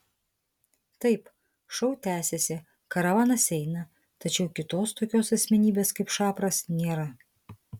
taip šou tęsiasi karavanas eina tačiau kitos tokios asmenybės kaip šapras nėra